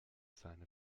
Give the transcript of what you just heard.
seine